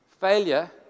Failure